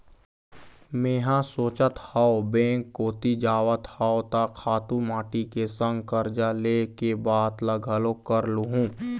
मेंहा सोचत हव बेंक कोती जावत हव त खातू माटी के संग करजा ले के बात ल घलोक कर लुहूँ